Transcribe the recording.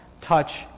Touch